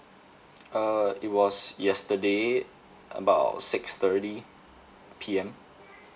uh it was yesterday about six thirty P_M